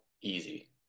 easy